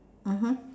mmhmm